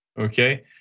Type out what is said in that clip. okay